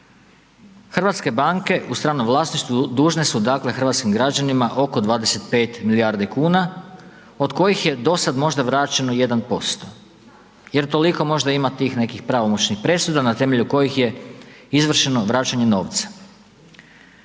Hrvatske banke u stranom vlasništvu dužne su, dakle, hrvatskim građanima oko 25 milijardi kuna, od kojih je do sad možda vraćeno 1%, jer toliko možda ima tih nekih pravomoćnih presuda na temelju kojih je izvršeno vraćanje novca.